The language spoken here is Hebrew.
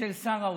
של שר האוצר,